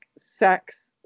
sex